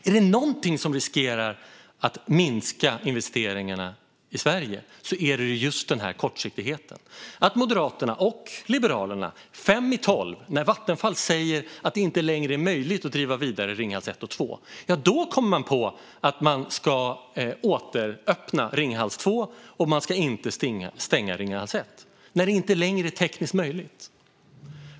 Om det är någonting som riskerar att minska investeringarna i Sverige är det just denna kortsiktighet. Moderaterna och Liberalerna kommer på fem i tolv, när Vattenfall säger att det inte längre är möjligt att driva Ringhals 1 och 2 vidare, att man ska återöppna Ringhals 2 och låta bli att stänga Ringhals 1. Det kommer man på när det inte längre är tekniskt möjligt.